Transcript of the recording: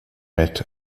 met